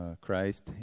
Christ